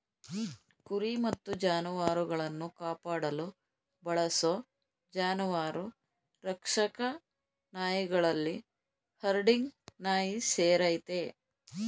ಕುರಿ ಮತ್ತು ಜಾನುವಾರುಗಳನ್ನು ಕಾಪಾಡಲು ಬಳಸೋ ಜಾನುವಾರು ರಕ್ಷಕ ನಾಯಿಗಳಲ್ಲಿ ಹರ್ಡಿಂಗ್ ನಾಯಿ ಸೇರಯ್ತೆ